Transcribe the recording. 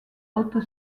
haute